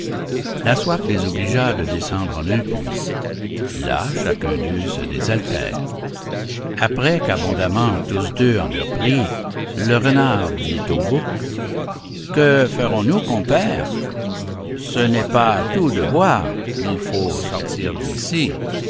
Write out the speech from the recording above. la soif les obligea de descendre en un puits là chacun d'eux se désaltère après qu'abondamment tous deux en eurent pris le renard dit au bouc que ferons-nous compère ce n'est pas tout de boire il faut sortir d'ici